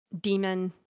Demon